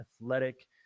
athletic